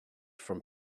from